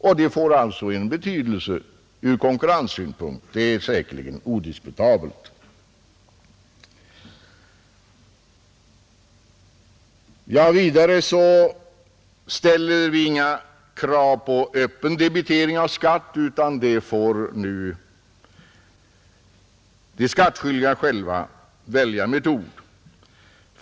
Att det får betydelse ur konkurrenssynpunkt är säkerligen odiskutabelt. Jag kan också nämna att vi inte ställer några krav på öppen debitering av skatt, utan de skattskyldiga får själva välja metod.